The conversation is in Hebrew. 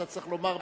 אתה צריך לומר,